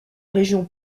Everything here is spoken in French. région